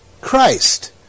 Christ